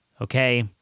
Okay